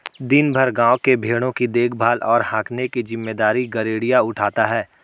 दिन भर गाँव के भेंड़ों की देखभाल और हाँकने की जिम्मेदारी गरेड़िया उठाता है